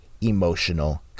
emotional